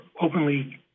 openly